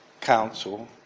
council